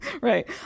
right